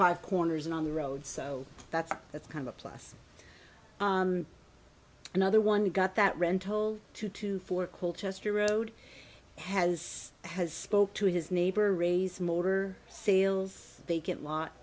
five corners and on the road so that's that's kind of a plus another one we got that rental two to four colchester road has has spoke to his neighbor ray's motor sales they get lot